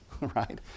right